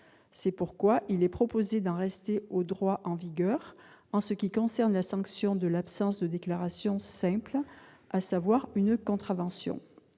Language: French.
C'est pourquoi il est proposé d'en rester au droit en vigueur en ce qui concerne la sanction de l'absence de déclaration simple, à savoir une contravention.